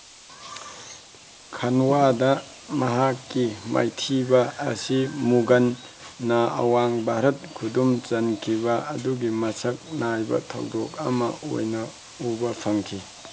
ꯈꯟꯋꯥꯗ ꯃꯍꯥꯛꯀꯤ ꯃꯥꯏꯊꯤꯕ ꯑꯁꯤ ꯃꯨꯒꯜꯅ ꯑꯋꯥꯡ ꯚꯥꯔꯠ ꯈꯨꯗꯨꯝ ꯆꯟꯈꯤꯕ ꯑꯗꯨꯒꯤ ꯃꯁꯛ ꯅꯥꯏꯕ ꯊꯧꯗꯣꯛ ꯑꯃ ꯑꯣꯏꯅ ꯎꯕ ꯐꯪꯈꯤ